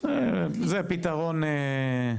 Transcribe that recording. זה פתרון שהוא לא שלם.